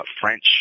French